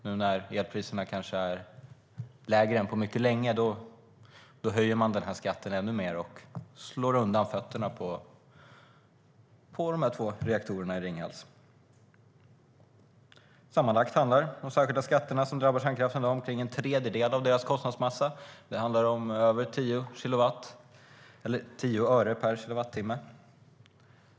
Nu när elpriserna är lägre än på mycket länge höjer man skatten ännu mer och slår undan fötterna på de två reaktorerna i Ringhals. Sammanlagt handlar de särskilda skatterna som drabbar kärnkraften om ungefär en tredjedel av kostnadsmassan. Det handlar om över 10 öre per kilowattimme.